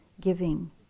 giving